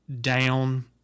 down